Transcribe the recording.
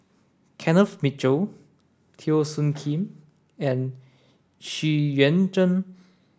Kenneth Mitchell Teo Soon Kim and Xu Yuan Zhen